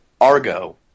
Argo